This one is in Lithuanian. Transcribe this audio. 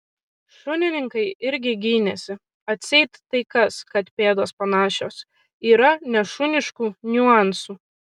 šunininkai irgi gynėsi atseit tai kas kad pėdos panašios yra nešuniškų niuansų